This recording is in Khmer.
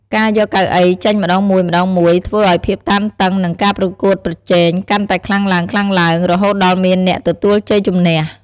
ការយកកៅអីចេញម្តងមួយៗ ធ្វើឱ្យភាពតានតឹង និងការប្រកួតប្រជែងកាន់តែខ្លាំងឡើងៗ រហូតដល់មានអ្នកទទួលជ័យជម្នះ។